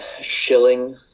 shilling